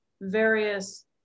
various